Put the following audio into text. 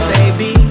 Baby